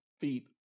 feet